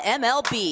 mlb